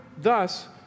thus